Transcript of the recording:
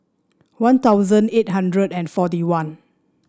One Thousand eight hundred and forty one